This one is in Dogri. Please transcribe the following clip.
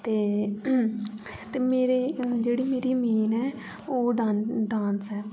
ते अस ते मेरे जेह्ड़ी मेरी मेन ऐ ओह् डांस डांस ऐ